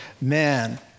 man